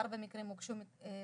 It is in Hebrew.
בארבעה מקרים הוגשה תלונה למשטרה.